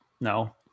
no